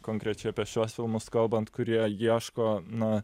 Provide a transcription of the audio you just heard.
konkrečiai apie šiuos filmus kalbant kurie ieško na